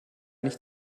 nicht